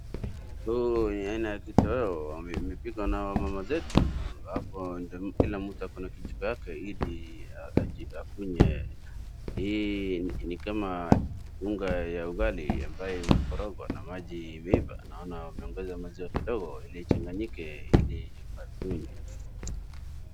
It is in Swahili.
Huu ni aina ya kitoweo umepikwa na wamama zetu ambapo kila mtu akona kijiko yake ili akunywe hii ni kama unga ya ugali ambaye imeokorogwa na maji imeiva naona wameongeza maziwa kidogo ili ichanganyike ili wakunywe.